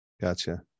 Gotcha